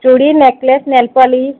ଚୁଡ଼ି necklace nail polish